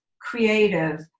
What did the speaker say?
creative